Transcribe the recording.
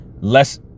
less